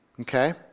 okay